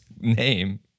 name